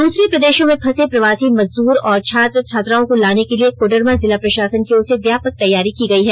दूसरे प्रदेशों में फंसे प्रवासी मजदूर और छात्र छात्राओं को लाने के लिए कोडरमा जिला प्रशासन की ओर से व्यापक तैयारी की गई है